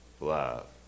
love